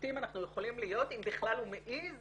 ובוטים אנחנו יכולים להיות אם בכלל הוא מעז